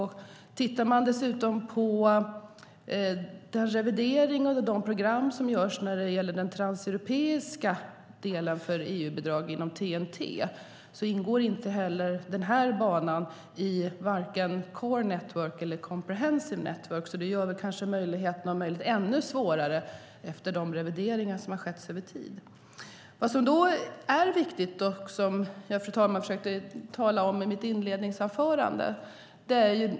Om man dessutom tittar på den revidering av de program som görs när det gäller den transeuropeiska delen för EU-bidrag inom TEN-T ser man att den här banan inte ingår i vare sig Core Network eller Comprehensive Network, och det gör kanske möjligheterna ännu mindre efter de revideringar som har skett över tid. Det finns då något som är viktigt, som jag, fru talman, försökte tala om i mitt inledningsanförande.